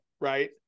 Right